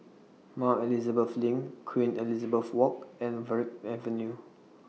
More Elizabeth LINK Queen Elizabeth Walk and Verde Avenue